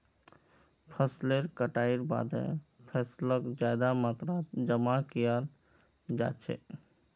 फसलेर कटाईर बादे फैसलक ज्यादा मात्रात जमा कियाल जा छे